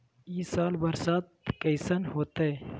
ई साल बरसात कैसन होतय?